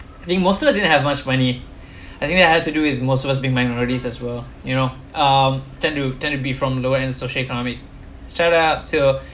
I think most of us didn't have much money anyway I had to do it most of us being minorities as well you know um tend to tend to be from lower end social economic start up so